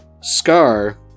Scar